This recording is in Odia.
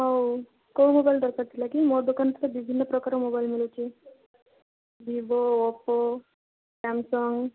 ହଉ କେଉଁ ମୋବାଇଲ୍ ଦରକାର ଥିଲା କି ମୋ ଦୋକାନରେ ତ ବିଭିନ୍ନ ପ୍ରକାରର ମୋବାଇଲ୍ ମିଳୁଛି ଭିବୋ ଓପୋ ସାମସଙ୍ଗ୍